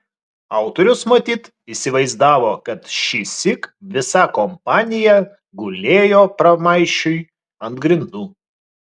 autorius matyt įsivaizdavo kad šįsyk visa kompanija gulėjo pramaišiui ant grindų